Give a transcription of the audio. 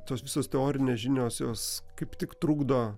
tos visos teorinės žinios jos kaip tik trukdo